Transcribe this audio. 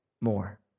more